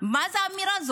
הן בעד?